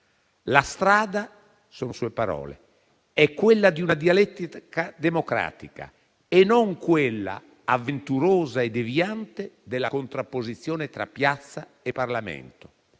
La strada - sono sue parole - è quella di una dialettica democratica e non quella avventurosa e deviante della contrapposizione tra piazza e Parlamento.